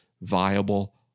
viable